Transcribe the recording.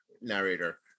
narrator